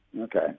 okay